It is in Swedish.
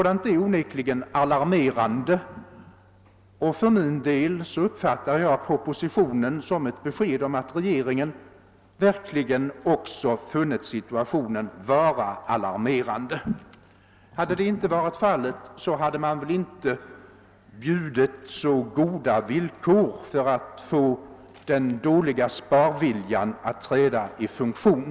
Detta :är onekligen alarmerande, och för min del uppfattar jag propositionen som ett besked om att regeringen verkligen funnit situationen vara alarmerande. Hade så inte varit fallet, hade väl inte erbjudits så goda villkor för att få den dåliga sparviljan att träda i funktion.